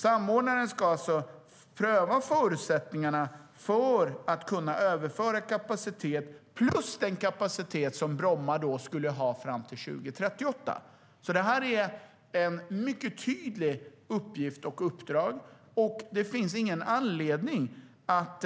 Samordnaren ska alltså pröva förutsättningarna för att kunna överföra kapacitet och den kapacitet som Bromma skulle ha fram till 2038. Det är ett mycket tydligt uppdrag, och det finns ingen anledning att